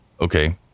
Okay